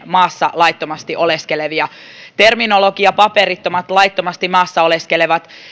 maassa laittomasti oleskelevia terminologian paperittomat laittomasti maassa oleskelevat